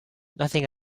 nothing